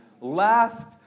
last